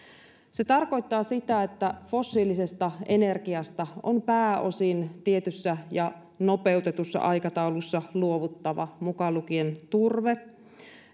se tarkoittaa sitä että fossiilisesta energiasta on pääosin tietyssä ja nopeutetussa aikataulussa luovuttava mukaan lukien turve